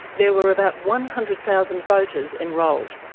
there were about one hundred thousand voters enrolled.